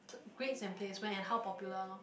grades emplacement and how popular lor